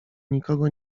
nikogo